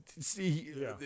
see